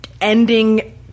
ending